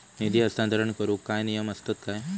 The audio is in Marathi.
निधी हस्तांतरण करूक काय नियम असतत काय?